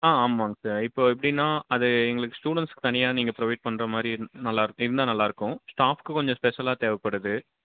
ஆ ஆமாங்க சார் இப்போ எப்படின்னா அது எங்களுக்கு ஸ்டூடண்ட்ஸ்க்கு தனியாக நீங்கள் ப்ரொவைட் பண்ணுற மாதிரி நல்லாரு இருந்தால் நல்லாயிருக்கும் ஸ்டாஃப்க்கு கொஞ்சம் ஸ்பெஷலாக தேவைப்படுது